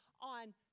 on